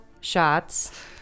shots